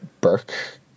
Burke